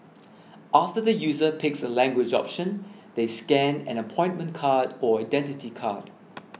after the user picks a language option they scan an appointment card or Identity Card